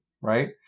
Right